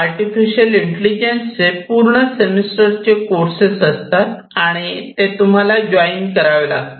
artificial इंटेलिजन्सचे पूर्ण semester चे कोर्सेस असतात आणि ते तुम्हाला जॉइन करावे लागतील